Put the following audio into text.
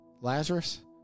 Lazarus